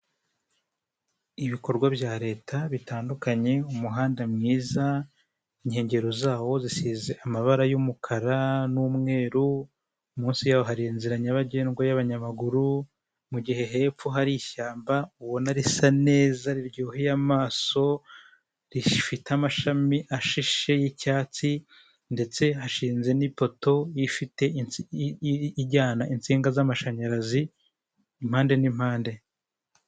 Ibikorwa bya leta bitandukanye, umuhanda mwiza ,inkengero zawo zisize amabara y' umukara n' umweru, munsi yaho hari inzira nyabagendwa y' abanyamaguru, mugihe hepfi hari ishyamba, ubona risa neza riryoheye amaso ,rifite amashami ashishe y' icyatsi, ndetse hashinze n' ipoto ijyana insinga z' amashamyarazi. Impande n' impande .